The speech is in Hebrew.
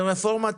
ברפורמת